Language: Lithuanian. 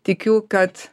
tikiu kad